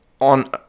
on